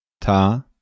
Ta